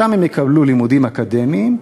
שם הם יקבלו לימודים אקדמיים,